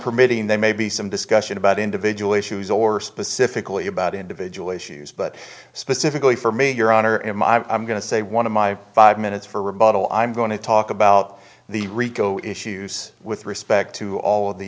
permitting they may be some discussion about individual issues or specifically about individual issues but specifically for me your honor in my i'm going to say one of my five minutes for rebuttal i'm going to talk about the rico issues with respect to all of the